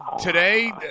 today